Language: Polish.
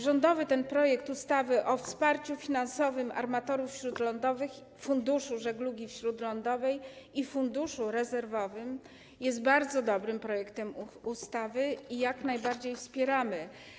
Rządowy projekt ustawy o wsparciu finansowym armatorów śródlądowych, Funduszu Żeglugi Śródlądowej i Funduszu Rezerwowym jest bardzo dobrym projektem ustawy i jak najbardziej go wspieramy.